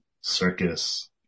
circus